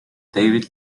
david